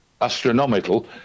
astronomical